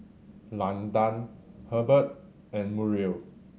Landan Herbert and Muriel